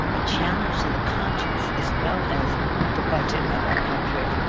a challenge to the conscience as well as the budget of our country.